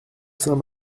saint